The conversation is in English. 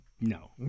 no